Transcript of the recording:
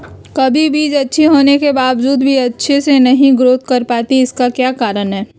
कभी बीज अच्छी होने के बावजूद भी अच्छे से नहीं ग्रोथ कर पाती इसका क्या कारण है?